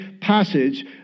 passage